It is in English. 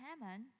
Haman